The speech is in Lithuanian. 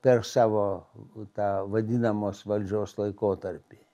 per savo tą vadinamos valdžios laikotarpį